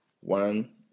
one